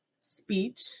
speech